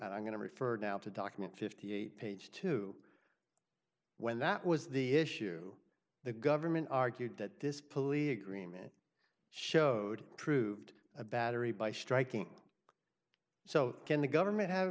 and i'm going to referred now to document fifty eight page two when that was the issue the government argued that this police agreement showed true ved a battery by striking so can the government ha